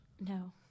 No